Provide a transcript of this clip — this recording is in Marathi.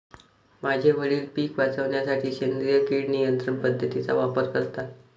माझे वडील पिक वाचवण्यासाठी सेंद्रिय किड नियंत्रण पद्धतीचा वापर करतात